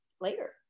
later